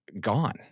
gone